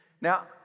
Now